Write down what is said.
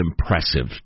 impressive